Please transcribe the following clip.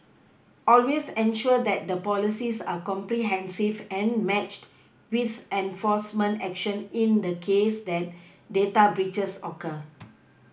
always ensure that the policies are comprehensive and matched with enforcement action in the case that data breaches occur